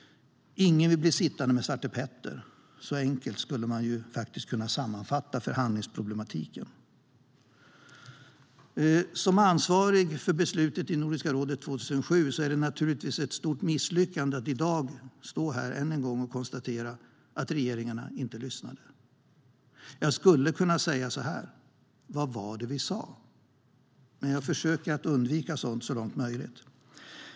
Ingen vill bli sittande med Svarte Petter. Så enkelt skulle man faktiskt kunna sammanfatta förhandlingsproblematiken. Som ansvarig för beslutet i Nordiska rådet 2007 tycker jag naturligtvis att det är ett stort misslyckande att i dag stå här än en gång och konstatera att regeringarna inte lyssnade. Jag skulle kunna säga: Vad var det vi sa? Men jag försöker att undvika sådant så långt det är möjligt.